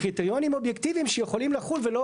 קריטריונים אובייקטיביים שיכולים לחול ולא